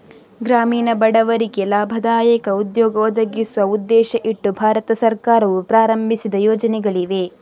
ಗ್ರಾಮೀಣ ಬಡವರಿಗೆ ಲಾಭದಾಯಕ ಉದ್ಯೋಗ ಒದಗಿಸುವ ಉದ್ದೇಶ ಇಟ್ಟು ಭಾರತ ಸರ್ಕಾರವು ಪ್ರಾರಂಭಿಸಿದ ಯೋಜನೆಗಳಿವೆ